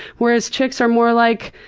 whereas chicks are more like,